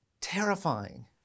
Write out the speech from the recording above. terrifying